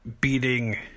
beating